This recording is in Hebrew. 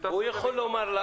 הוא יכול לומר לה: